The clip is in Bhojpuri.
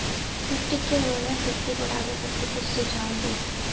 मिट्टी के उर्वरा शक्ति बढ़ावे खातिर कुछ सुझाव दी?